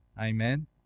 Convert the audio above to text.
amen